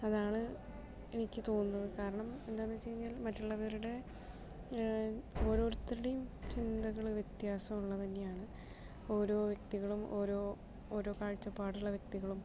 അതാണ് എനിക്ക് തോന്നുന്നത് കാരണം എന്താണ് വെച്ച് കഴിഞ്ഞാൽ മറ്റുള്ളവരുടെ ഓരോരുത്തരുടെയും ചിന്തകൾ വ്യത്യാസമുള്ളത് തന്നെയാണ് ഓരോ വ്യക്തികളും ഓരോ ഓരോ കാഴ്ചപ്പാടുള്ള വ്യക്തികളും